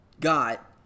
got